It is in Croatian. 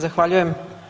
Zahvaljujem.